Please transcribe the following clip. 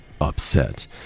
upset